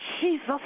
Jesus